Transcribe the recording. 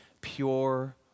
pure